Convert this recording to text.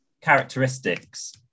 characteristics